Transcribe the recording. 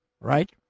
Right